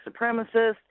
supremacists